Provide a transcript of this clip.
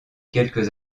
quelques